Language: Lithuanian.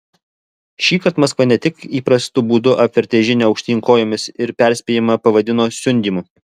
šįkart maskva ne tik įprastu būdu apvertė žinią aukštyn kojomis ir perspėjimą pavadino siundymu